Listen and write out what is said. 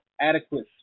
adequate